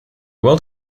world